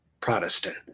Protestant